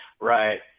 Right